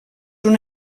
una